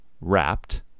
wrapped